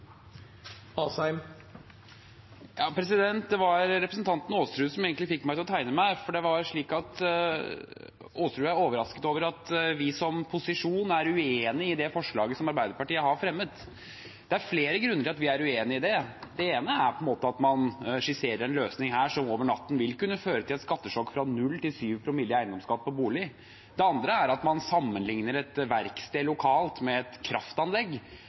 Det var representanten Aasrud som fikk meg til å tegne meg, for Aasrud var overrasket over at vi, som er i posisjon, er uenig i det forslaget som Arbeiderpartiet har fremmet. Det er flere grunner til at vi er uenig i det. Den ene er at man skisserer en løsning som over natten vil kunne føre til et skattesjokk fra 0 til 7 promille i eiendomsskatt på bolig. Den andre er at man sammenlikner et verksted lokalt med et kraftanlegg